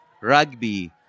rugby